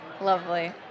Lovely